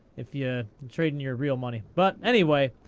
if you're trading your real money. but anyway,